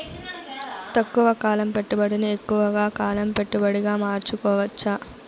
తక్కువ కాలం పెట్టుబడిని ఎక్కువగా కాలం పెట్టుబడిగా మార్చుకోవచ్చా?